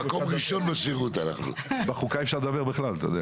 בחוקה אי אפשר לדבר בכלל.